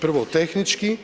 Prvo, tehnički